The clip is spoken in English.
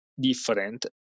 different